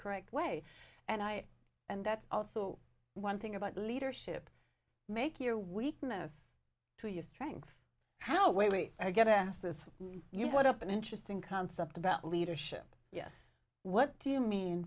correct way and i and that's also one thing about leadership make your weakness to your strength how wait i get asked this you brought up an interesting concept about leadership yes what do you mean